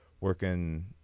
working